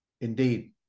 Indeed